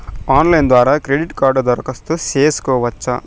Online ద్వారా credit కార్డుకు దరఖాస్తు సేసుకోవచ్చా?